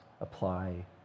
apply